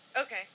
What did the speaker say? Okay